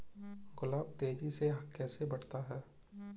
गुलाब तेजी से कैसे बढ़ता है?